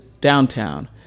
downtown